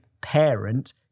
parent